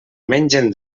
mengen